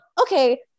okay